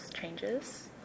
changes